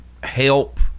help